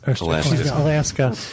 Alaska